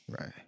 Right